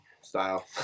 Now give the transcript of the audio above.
style